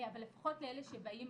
אבל לפחות לאלה שבאים